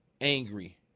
angry